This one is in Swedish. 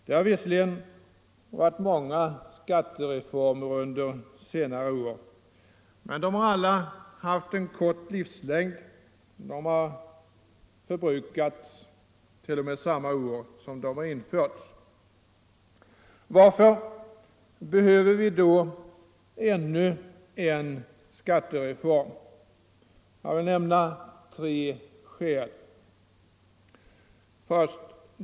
Det har visserligen företagits många skattereformer under senare år, men de har alla haft en kort livslängd — de har t.o.m. förbrukats samma år som de har införts. Varför behöver vi då ännu en skattereform? Ja, jag vill nämna tre skäl. 1.